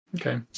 Okay